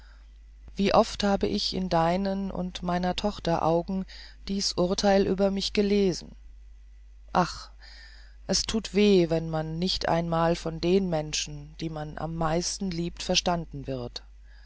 wie oft habe ich in deinen und meiner tochter augen dies urtheil über mich gelesen ach es thut weh wenn man nicht einmal von den menschen die man am meisten liebt verstanden wird